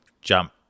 jump